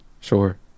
Sure